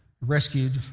rescued